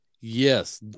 Yes